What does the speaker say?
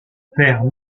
père